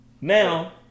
Now